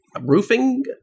roofing